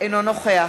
אינו נוכח